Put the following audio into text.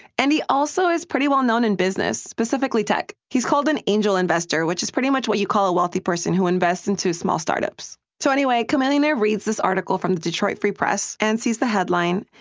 and he also is pretty well-known in business, specifically tech. he's called an angel investor, which is pretty much what you call a wealthy person who invests into small startups. so anyway, chamillionaire reads this article from the detroit free press and sees the headline,